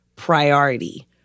priority